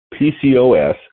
PCOS